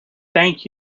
thank